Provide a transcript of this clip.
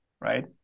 right